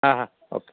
ହଁ ହଁ ଓକେ